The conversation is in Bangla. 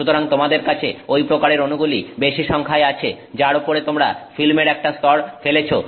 সুতরাং তোমাদের কাছে ঐ প্রকারের অনুগুলি বেশি সংখ্যায় আছে যার ওপরে তোমরা ফিল্মের একটা স্তর ফেলেছো